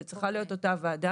זאת צריכה להיות אותה ועדה.